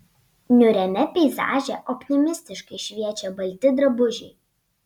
niūriame peizaže optimistiškai šviečia balti drabužiai